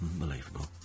Unbelievable